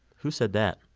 who said that?